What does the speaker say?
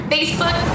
Facebook